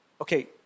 Okay